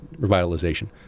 revitalization